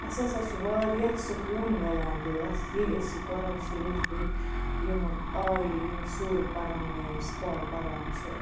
اَسہِ ہَسا چھِ واریاہ سُکوٗن میلان دِلَس ییٚلہِ أسۍ یہِ قرآنہِ شریٖفٕکۍ یِمہٕ آیہِ یِم سوٗرٕ پَران یا یِم سِپارٕ پَران چھِ